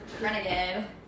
renegade